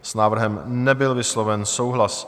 S návrhem nebyl vysloven souhlas.